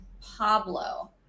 Pablo